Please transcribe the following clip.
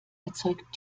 erzeugt